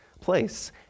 place